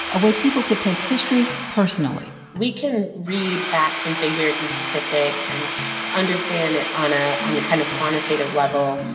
a way people could take history personally we can read facts and figures and statistics and understand it on ah on a kind of quantitative level,